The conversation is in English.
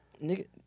Nigga